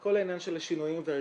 כל העניין של השינויים והארגונים,